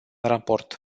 raport